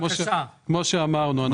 כפי שאמרנו,